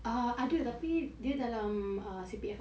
err ada tapi dia dalam C_P_F aku